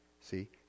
See